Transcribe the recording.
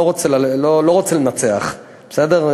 לא רוצה לנצח, בסדר?